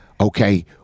okay